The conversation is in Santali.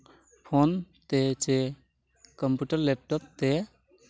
ᱯᱷᱳᱱ ᱛᱮ ᱪᱮ ᱠᱚᱢᱯᱩᱴᱟᱨ ᱞᱮᱯᱴᱚᱯ ᱛᱮ